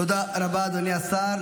תודה רבה, אדוני השר.